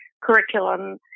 curriculum